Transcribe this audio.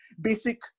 basic